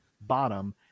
bottom